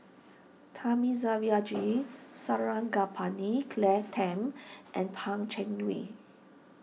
Thamizhavel G Sarangapani Claire Tham and Pan Cheng Lui